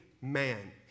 man